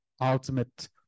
ultimate